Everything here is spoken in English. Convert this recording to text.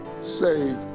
saved